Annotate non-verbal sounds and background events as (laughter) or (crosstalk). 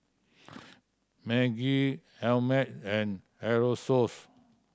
(noise) Maggi Ameltz and Aerosoles